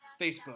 Facebook